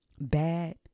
bad